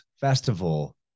festival